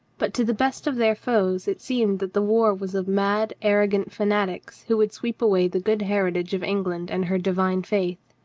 but to the best of their foes it seemed that the war was of mad, arrogant fanatics who would sweep away the good heritage of england and her divine faith.